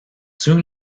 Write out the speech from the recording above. soon